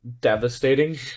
devastating